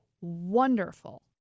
wonderful